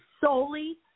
solely